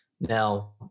now